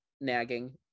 nagging